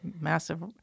massive